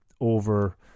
over